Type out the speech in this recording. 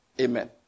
Amen